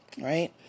Right